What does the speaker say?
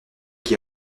qui